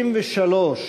33